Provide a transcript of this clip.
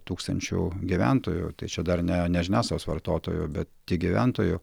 tūkstančių gyventojų tai čia dar ne ne žiniasklaidos vartotojų tik gyventojų